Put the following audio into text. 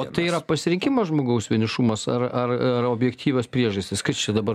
o tai yra pasirinkimas žmogaus vienišumas ar ar objektyvios priežastys kas čia dabar